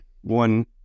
one